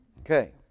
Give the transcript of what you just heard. Okay